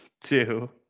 two